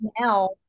now